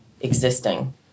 existing